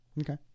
Okay